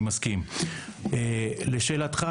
לשאלתך,